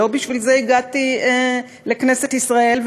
לא בשביל זה הגעתי לכנסת ישראל,